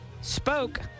Spoke